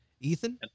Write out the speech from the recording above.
Ethan